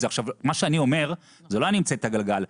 מה שאני אומר, זה לא אני המצאתי את הגלגל,